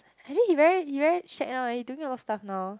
actually he very he very shag now he doing a lot of stuff now